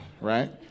right